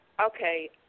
Okay